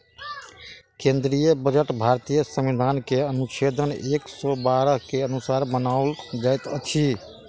केंद्रीय बजट भारतीय संविधान के अनुच्छेद एक सौ बारह के अनुसार बनाओल जाइत अछि